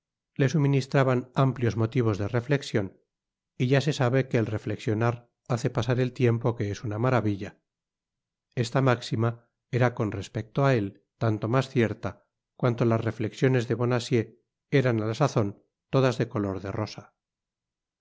le suministraban amplios motivos de reflexion y ya se sabe que el reflexionar hace pasar el tiempo que es una maravilla esta máxima era con respecto á él tanto mas cierta cuanto las reflexiones de bonacieux eran á la sazon todas de color de rosa